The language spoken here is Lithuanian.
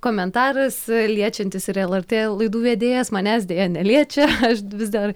komentaras liečiantis ir lrt laidų vedėjas manęs deja neliečia aš vis dar